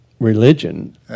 Religion